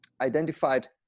identified